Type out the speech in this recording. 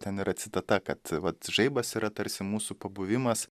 ten yra citata kad vat žaibas yra tarsi mūsų pabuvimas